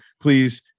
please